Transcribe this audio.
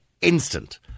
instant